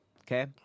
Okay